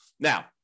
Now